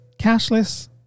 cashless